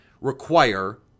require